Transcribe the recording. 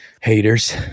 Haters